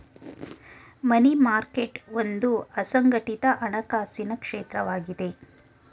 ಮನಿ market ಒಂದು ಅಸಂಘಟಿತ ಹಣಕಾಸಿನ ಕ್ಷೇತ್ರವಾಗಿದೆ